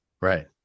right